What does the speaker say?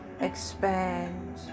expand